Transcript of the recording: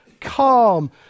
calm